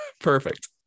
Perfect